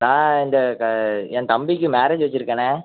நான் இந்த க என் தம்பிக்கு மேரேஜ் வச்சுருக்கேண்ணே